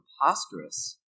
preposterous